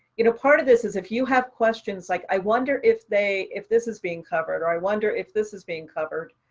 you know, part of this is if you have questions like i wonder if they. if this is being covered, or i wonder if this is being covered.